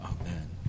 amen